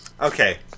Okay